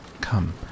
Come